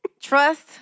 Trust